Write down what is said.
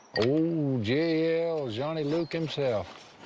oh jl, johnny luke himself.